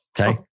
Okay